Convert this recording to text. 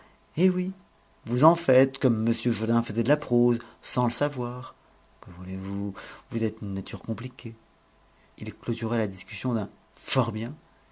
eh oui vous en faites comme m jourdain faisait de la prose sans le savoir que voulez-vous vous êtes une nature compliquée il clôtura la discussion d'un fort bien